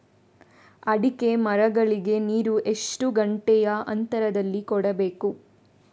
ಅಡಿಕೆ ಮರಗಳಿಗೆ ನೀರು ಎಷ್ಟು ಗಂಟೆಯ ಅಂತರದಲಿ ಕೊಡಬೇಕು?